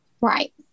Right